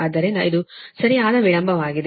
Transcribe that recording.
ಆದ್ದರಿಂದ ಇದು ಸರಿಯಾದ ವಿಳಂಬವಾಗಿದೆ